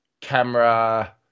camera